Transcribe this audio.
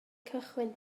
cychwyn